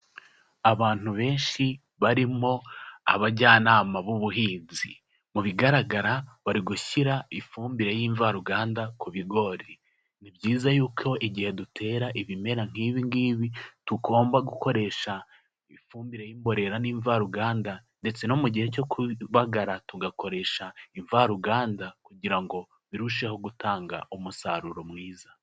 Abantu benshi barimo abajyanama b'ubuhinzi, mu bigaragara bari gushyira ifumbire y'imvaruganda ku bigori. Ni byiza yuko igihe dutera ibimera nk'ibiingibi tugomba gukoresha ifumbire y'imborera n'imvaruganda ndetse no mu gihe cyo kubagara tugakoresha imvaruganda kugira ngo birusheho gutanga umusaruro mwiza.